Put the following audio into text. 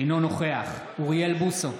אינו נוכח אוריאל בוסו,